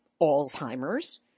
Alzheimer's